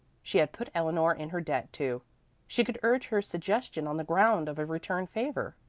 she had put eleanor in her debt too she could urge her suggestion on the ground of a return favor.